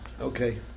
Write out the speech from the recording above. okay